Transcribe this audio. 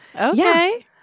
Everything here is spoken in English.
Okay